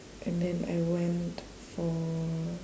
and then I went for